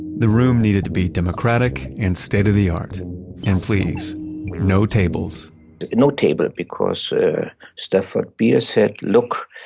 the room needed to be democratic and state of the art and please no tables no table because stafford beer said, look,